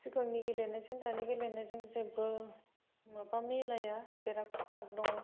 सिगांनि गेलेनायजों दानि गेलेनायजों जेबो माबा मिलाया बिराद फाराग दङ